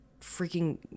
freaking